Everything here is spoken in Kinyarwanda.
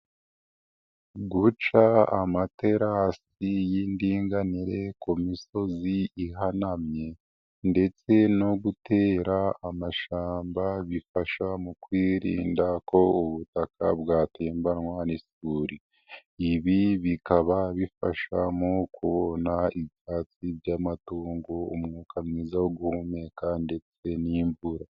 Guca amaterasi y'indinganire ku misozi ihanamye ndetse no gutera amashyamba bifasha mu kwirinda ko ubutaka bwatembanwa n'isuri. Ibi bikaba bifasha mu kubona ibyasi by'amatungo, umwuka mwiza wo guhumeka ndetse n'imvura.